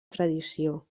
tradició